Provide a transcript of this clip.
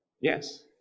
yes